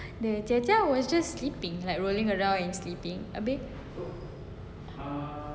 the jia jia was just sleeping like rolling around sleeping